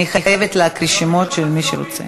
אני חייבת להקריא את שמות של מי שרוצה.